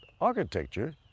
architecture